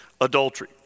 adultery